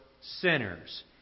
sinners